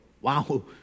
Wow